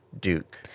duke